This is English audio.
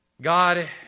God